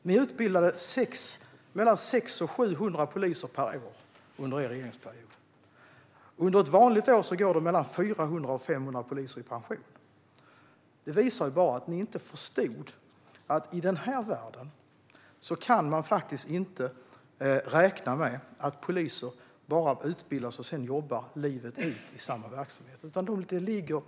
Ni utbildade 600-700 poliser per år, och under ett vanligt år går 400-500 poliser i pension. Det visar att ni inte förstod att man i dag inte kan räkna med att poliser efter utbildningen jobbar som poliser livet ut.